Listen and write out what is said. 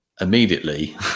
immediately